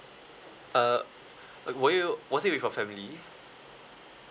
uh w~ were you was it with your family